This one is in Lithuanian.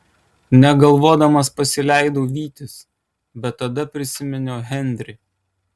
negalvodamas pasileidau vytis bet tada prisiminiau henrį